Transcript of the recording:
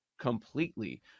completely